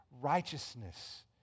righteousness